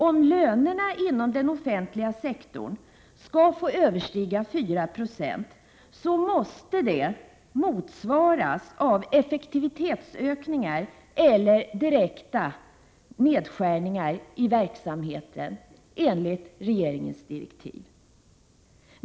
Om lönerna inom den offentliga sektorn skall få överstiga 4 Yo måste det motsvaras av effektivitetsökningar eller direkta nedskärningar av verksamheten, enligt regeringens direktiv.